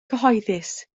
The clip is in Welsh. cyhoeddus